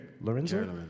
Lorenzo